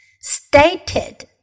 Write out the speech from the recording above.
Stated